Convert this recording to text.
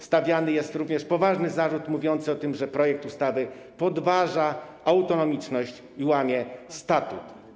Stawiany jest również poważny zarzut mówiący o tym, że projekt ustawy podważa autonomiczność i łamie statut.